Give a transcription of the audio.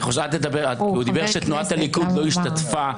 הוא אמר שתנועת הליכוד לא השתתפה,